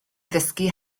ddysgu